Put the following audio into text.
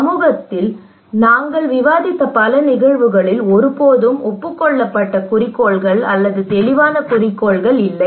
சமூகத்துடன் நாங்கள் விவாதித்த பல நிகழ்வுகளில் ஒருபோதும் ஒப்புக் கொள்ளப்பட்ட குறிக்கோள்கள் அல்லது தெளிவான குறிக்கோள்கள் இல்லை